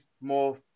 more